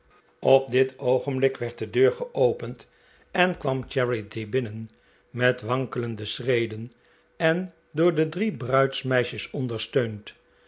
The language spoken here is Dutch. op dit oogenblik werd de deur geopend en kwam charity binnen met wankelende schreden en door de drie bruidsmeisjes ondersteund